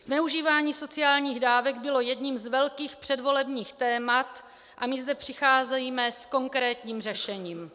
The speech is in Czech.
Zneužívání sociálních dávek bylo jedním z velkých předvolebních témat a my zde přicházíme s konkrétním řešením.